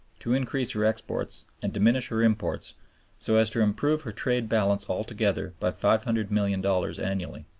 to increase her exports and diminish her imports so as to improve her trade balance altogether by five hundred million dollars annually,